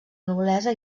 noblesa